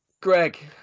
Greg